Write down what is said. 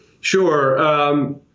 Sure